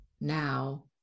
now